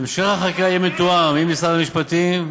המשך החקיקה יתואם עם משרד המשפטים,